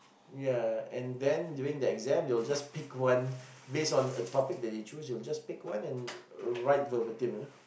ya and then during the exam they'll just pick one based on a topic that they choose they'll just pick one and write verbative you know